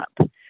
up